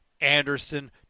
Anderson